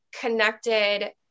connected